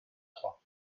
trois